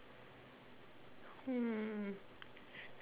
hmm